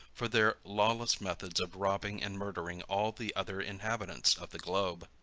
for their lawless methods of robbing and murdering all the other inhabitants of the globe.